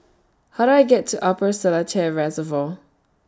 How Do I get to Upper Seletar Reservoir